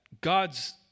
God's